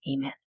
Amen